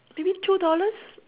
maybe two dollars